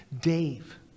Dave